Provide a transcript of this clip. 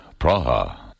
Praha